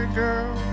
girl